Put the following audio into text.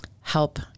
help